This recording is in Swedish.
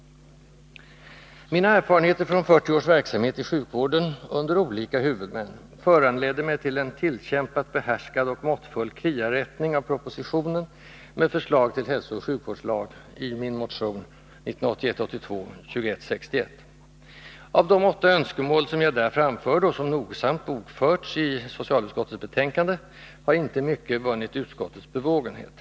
Mina erfarenheter från 40 års verksamhet i sjukvården — under olika huvudmän — föranledde mig till en tillkämpat behärskad och måttfull kriarättning av propositionen med förslag till hälsooch sjukvårdslag i min motion 1981/82:2161. Av de åtta önskemål som jag där framförde, och som nogsamt bokförts i socialutskottets betänkande, har inte mycket vunnit utskottets bevågenhet.